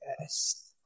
Yes